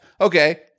okay